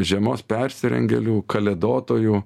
žiemos persirengėlių kalėdotojų